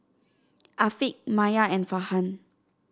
Afiq Maya and Farhan